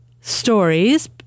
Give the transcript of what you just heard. stories